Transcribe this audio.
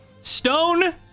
stone